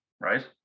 right